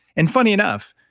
and funny enough,